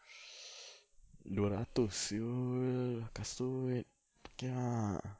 dua ratus [siol] lepas tu duit okay lah